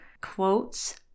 quotes